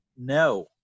No